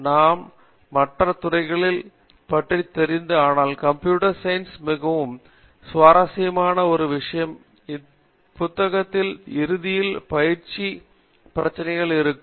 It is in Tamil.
நான் மற்ற துறைகளை பற்றி தெரியாது ஆனால் கம்ப்யூட்டர் சயின்ஸ் பற்றி மிகவும் சுவாரசியமான ஒரு விஷயம் இந்த புத்தகங்களின் இறுதியில் பயிற்சி பிரச்சினைகள் இருக்கும்